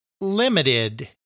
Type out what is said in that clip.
limited